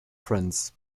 friends